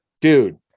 dude